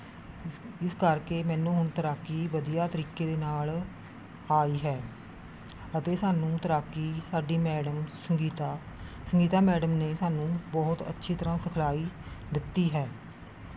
ਇਸ ਇਸ ਕਰਕੇ ਮੈਨੂੰ ਹੁਣ ਤੈਰਾਕੀ ਵਧੀਆ ਤਰੀਕੇ ਦੇ ਨਾਲ ਆਈ ਹੈ ਅਤੇ ਸਾਨੂੰ ਤੈਰਾਕੀ ਸਾਡੀ ਮੈਡਮ ਸੰਗੀਤਾ ਸੰਗੀਤਾ ਮੈਡਮ ਨੇ ਸਾਨੂੰ ਬਹੁਤ ਅੱਛੀ ਤਰ੍ਹਾਂ ਸਿਖਲਾਈ ਦਿੱਤੀ ਹੈ